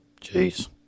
Jeez